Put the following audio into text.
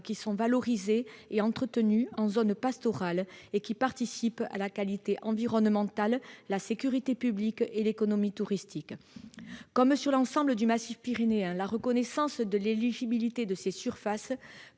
qui sont valorisés et entretenus en zone pastorale. Cela participe à la qualité environnementale, à la sécurité publique et à l'économie touristique. Comme sur l'ensemble du massif pyrénéen, la reconnaissance de l'éligibilité de ces surfaces